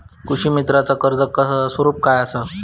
कृषीमित्राच कर्ज स्वरूप काय असा?